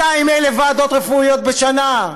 200,000 ועדות רפואיות בשנה,